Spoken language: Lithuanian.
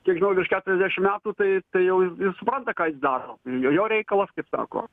kiek žinau virš keturiasdešim metų tai jau ir supranta ką jis daro jo jo reikalas kaip sako